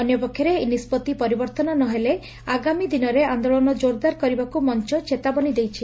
ଅନ୍ୟପକ୍ଷରେ ଏହି ନିଷ୍ବଉି ପରିବର୍ଉନ ନହେଲେ ଆଗାମୀ ଦିନରେ ଆନ୍ଦୋଳନ ଜୋରଦାର କରିବାକୁ ମଞ ଚେତାବନୀ ଦେଇଛି